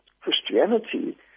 Christianity